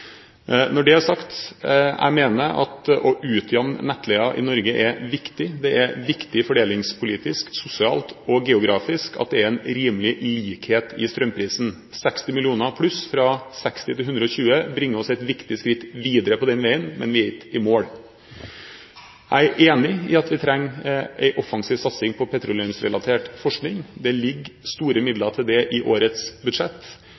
Når det er sagt, vil jeg si at jeg mener at å utjevne nettleien i Norge er viktig. Det er viktig fordelingspolitisk, sosialt og geografisk, at det er en rimelig likhet i strømprisen. 60 mill. kr pluss – fra 60 til 120 mill. kr – bringer oss et viktig skritt videre på den veien, men vi er ikke i mål. Jeg er enig i at vi trenger en offensiv satsing på petroleumsrelatert forskning. Det ligger store